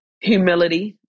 Humility